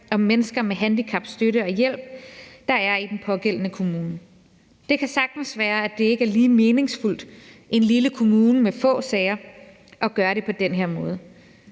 om mennesker med handicaps støtte og hjælp der er i den pågældende kommune. Det kan sagtens være, at det ikke er lige meningsfuldt i en lille kommune med få sager at gøre det på den her måde.